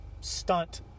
stunt